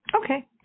Okay